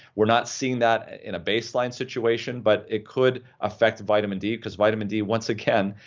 we're not seeing that in a baseline situation, but it could affect vitamin d because vitamin d once again,